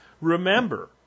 remember